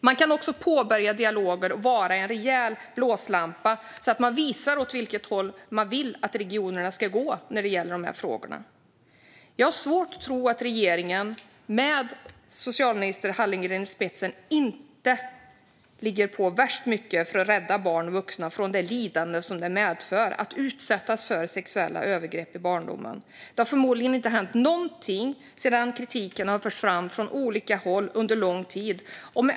Man kan också påbörja dialoger och vara en rejäl blåslampa så att man visar åt vilket håll man vill att regionerna ska gå i de här frågorna. Men jag har svårt att tro att regeringen med socialminister Hallengren i spetsen ligger på så värst mycket för att rädda barn och vuxna från det lidande som det medför att utsättas för sexuella övergrepp i barndomen. Det har förmodligen inte hänt någonting sedan kritik förts fram från olika håll under lång tid.